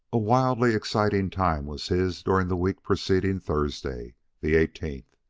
a wildly exciting time was his during the week preceding thursday the eighteenth.